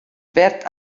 bert